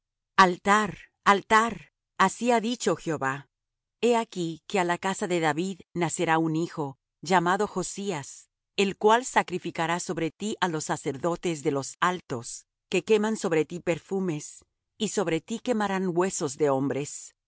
altar altar así ha dicho jehová he aquí que á la casa de david nacerá un hijo llamado josías el cual sacrificará sobre ti á los sacerdotes de los altos que queman sobre ti perfumes y sobre ti quemarán huesos de hombres